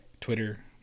Twitter